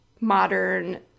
modern